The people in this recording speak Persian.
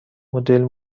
مدل